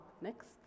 Next